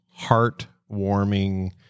heartwarming